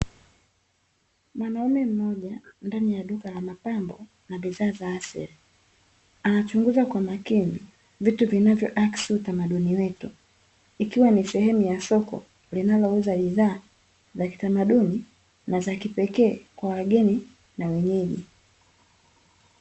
Mwanaume mmoja ndani ya duka la mapambo na bidhaa za asili, anachunguza kwa makini vitu vinavyo akisi utamaduni wetu, ikiwa ni sehemu ya soko linalouza bidhaa za kitamaduni na za kipekee kwa wageni na wenyeji.